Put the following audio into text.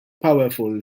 powerful